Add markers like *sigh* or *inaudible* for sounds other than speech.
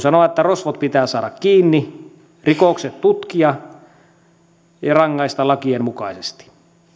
*unintelligible* sanoa että rosvot pitää saada kiinni rikokset tutkia ja rangaista lakien mukaisesti